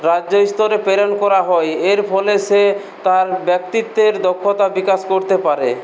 রাজ্য স্তরে প্রেরণ করা হয় এর ফলে সে তার ব্যক্তিত্বের দক্ষতা বিকাশ করতে পারে